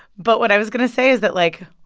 but what i was going to say is that, like,